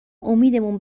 امیدمون